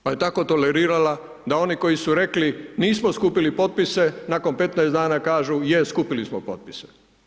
Pa je tako tolerirala, da oni koji su rekli, nismo skupili potpise, nakon 15 dana kažu, je skupili smo potpise.